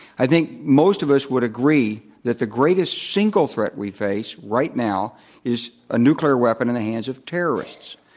i think most of us would agree that the greatest single threat we face right now is a nuclear weapon in the hands of terrorists.